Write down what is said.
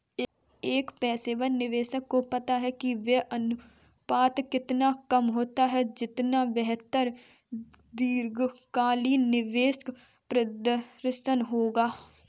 एक पेशेवर निवेशक को पता है कि व्यय अनुपात जितना कम होगा, उतना बेहतर दीर्घकालिक निवेश प्रदर्शन होगा